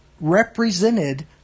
represented